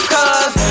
Cause